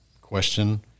question